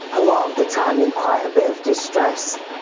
a lot of the time, in quite a bit of distress,